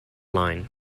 line